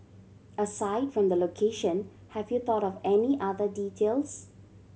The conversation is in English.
aside from the location have you thought of any other details